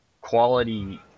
quality